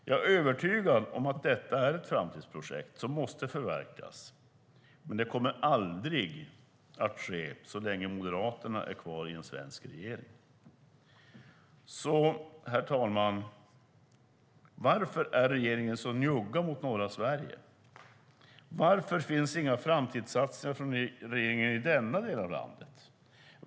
Jag är övertygad om att detta är ett framtidsprojekt som måste förverkligas, men det kommer aldrig att ske så länge Moderaterna är kvar i en svensk regering. Herr talman! Varför är regeringen så njugg mot norra Sverige? Varför finns inga framtidssatsningar från regeringens sida för denna del av landet?